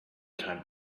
time